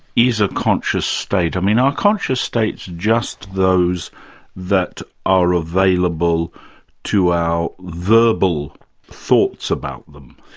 is a conscious state? i mean, are conscious states just those that are available to our verbal thoughts about them?